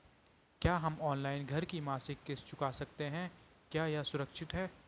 क्या हम ऑनलाइन घर की मासिक किश्त चुका सकते हैं क्या यह सुरक्षित है?